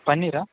ಪನ್ನೀರ